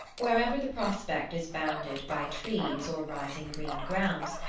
wherever the prospect is bounded by trees or rising green grounds,